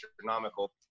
astronomical